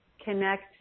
connect